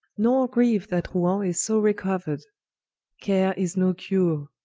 nor grieue that roan is so recouered care is no cure,